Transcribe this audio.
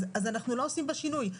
אנחנו לא עושים בה שינוי.